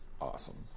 awesome